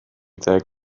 deg